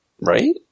Right